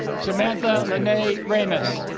samantha lynae rames